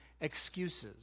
excuses